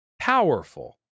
powerful